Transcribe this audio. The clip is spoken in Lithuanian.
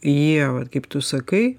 jie vat kaip tu sakai